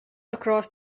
across